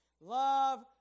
love